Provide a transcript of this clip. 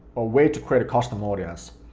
a way to create a custom audience.